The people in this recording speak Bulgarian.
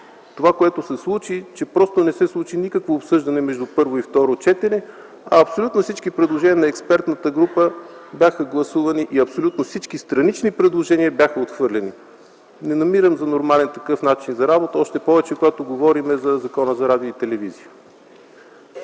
Това, което се случи – че не се случи никакво обсъждане между първо и второ четене, а абсолютно всички предложения на експертната група бяха гласувани и абсолютно всички странични предложения бяха отхвърлени – не намирам за нормално като начин на работа, още повече когато говорим за Закона за радиото и телевизията.